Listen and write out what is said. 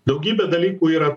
daugybė dalykų yra